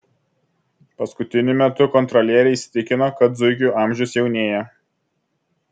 paskutiniu metu kontrolieriai įsitikino kad zuikių amžius jaunėja